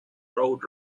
road